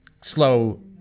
slow